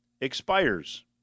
expires